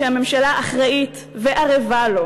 שהממשלה אחראית וערבה לו,